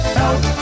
help